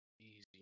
easy